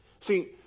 See